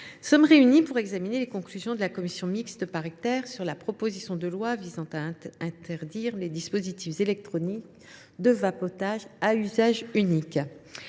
aujourd’hui pour examiner les conclusions de la commission mixte paritaire sur la proposition de loi visant à interdire les dispositifs électroniques de vapotage à usage unique.